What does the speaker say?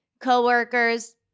coworkers